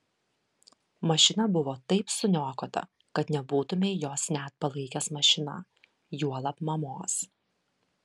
mašina buvo taip suniokota kad nebūtumei jos net palaikęs mašina juolab mamos